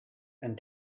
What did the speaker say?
and